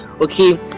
okay